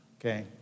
Okay